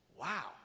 Wow